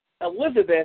Elizabeth